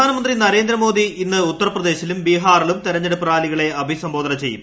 പ്രധാനമന്ത്രി നരേന്ദ്രമോദി ഇന്ന് ഉത്തർപ്രദേശിലും ബീഹാറിലും തെരഞ്ഞെടുപ്പ് റാലികളെ അഭിസംബോദന ചെയ്യും